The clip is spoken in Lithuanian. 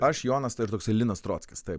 aš jonas ir toksai linas trockis taip